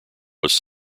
was